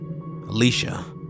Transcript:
alicia